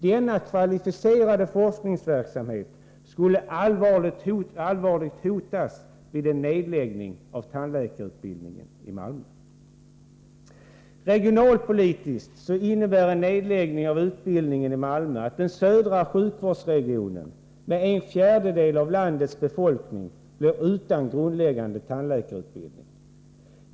Denna kvalificerade forskningsverksamhet skulle allvarligt hotas vid en nedläggning av tandläkarutbildningen i Malmö. Regionalpolitiskt innebär en nedläggning av utbildningen i Malmö att den södra sjukvårdsregionen med en fjärdedel av landets befolkning blir utan grundläggande tandläkarutbildning.